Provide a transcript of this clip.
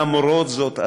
למרות זאת,